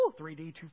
3D